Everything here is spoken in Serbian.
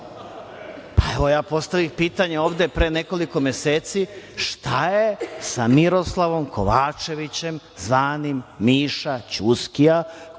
Ja postavih pitanje ovde pre nekoliko meseci - šta je sa Miroslavom Kovačevićem, zvanim Miša Ćuskija, kumom